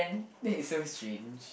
that is so strange